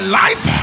life